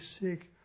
sick